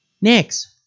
Next